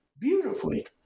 beautifully